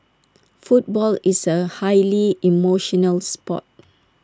football is A highly emotional Sport